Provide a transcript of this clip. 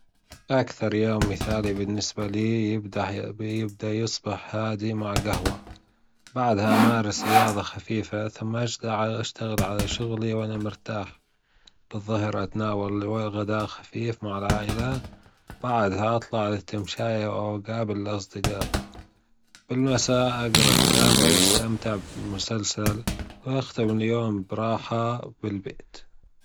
أكثر يوم مثالي بالنسبه لى يبدأ بصبح هادي مع جهوة، بعدها أمارس رياضة خفيفه ثم أشتغل على شغلى وأنا مرتاح، بالظهر أتناول غداء خفيف مع العائلة، بعدها أطلع على التمشاية وأجابل الأصدجاء بالمساء أجرأ كتاب أو أستمتع بمسلسل، وأختم اليوم براحة بالبيت.